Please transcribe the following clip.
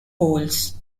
pools